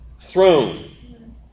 throne